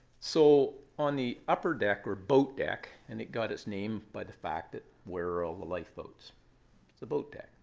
so on the upper deck or boat deck and it got its name by the fact that where are all the lifeboats? it's the boat deck,